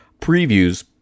previews